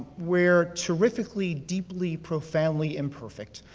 we're terrifically, deeply, profoundly, imperfect.